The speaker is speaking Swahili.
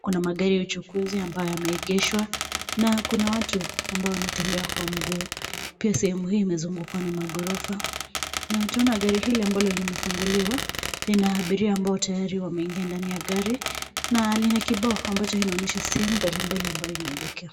Kuna magari ya uchukuzi ambayo yameegeshwa na kuna watu ambao wanatembea kwa mguu. Pia sehemu hii imezungukwa na maghorofa na tunaona gari hili ambalo limefunguliwa lina abiria ambao tayari wameingia ndani ya gari na kuna kibao ambayo inaonyesha sehemu mbalimbali ambayo inaelekea.